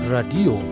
Radio